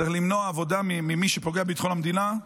צריך למנוע עבודה ממי שפוגע בביטחון המדינה.